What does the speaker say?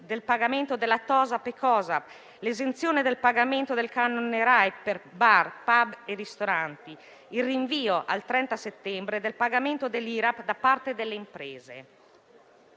del pagamento della TOSAP e della COSAP; l'esenzione del pagamento del canone RAI per bar, pub e ristoranti; il rinvio al 30 settembre del pagamento dell'IRAP da parte delle imprese.